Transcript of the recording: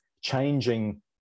changing